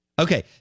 Okay